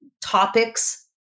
topics